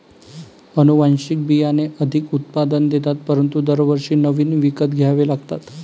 अनुवांशिक बियाणे अधिक उत्पादन देतात परंतु दरवर्षी नवीन विकत घ्यावे लागतात